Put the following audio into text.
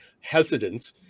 hesitant